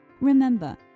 remember